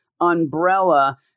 umbrella